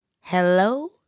Hello